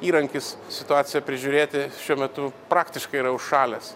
įrankis situaciją prižiūrėti šiuo metu praktiškai yra užšalęs